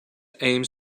aims